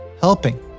helping